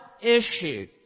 issue